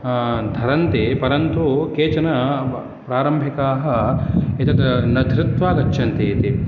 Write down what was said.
धरन्ति परनन्तु केचन प्रारम्भिकाः एतत् न धृत्वा गच्छन्ति इति